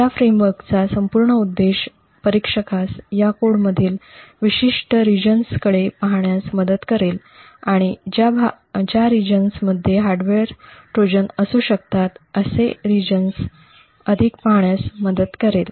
या फ्रेमवर्कचा संपूर्ण उद्देश परीक्षकास या कोडमधील विशिष्ट विभागांकडे पाहण्यास मदत करेल आणि ज्या भागांमध्ये हार्डवेअर ट्रोजन असू शकतात अशा प्रदेशांकडे अधिक पाहण्यास मदत करेल